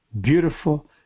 beautiful